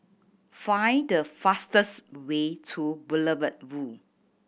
find the fastest way to Boulevard Vue